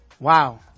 Wow